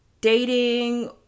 dating